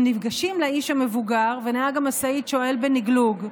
הם ניגשים לאיש המבוגר, ונהג המשאית שואל בלגלוג: